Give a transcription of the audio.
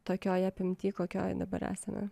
tokioj apimty kokioj dabar esame